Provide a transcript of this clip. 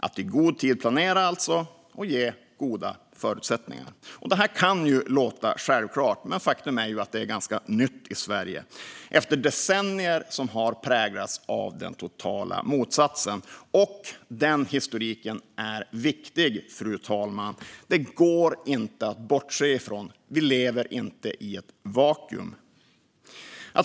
Att i god tid planera och ge goda förutsättningar kan låta självklart, men faktum är att det är något ganska nytt i Sverige efter decennier som präglats av den totala motsatsen. Den historiken är viktig, fru talman. Den går inte att bortse från. Vi lever inte i ett vakuum.